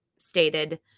stated